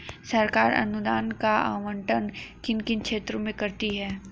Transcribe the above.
सरकार अनुदान का आवंटन किन किन क्षेत्रों में करती है?